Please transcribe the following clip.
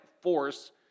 force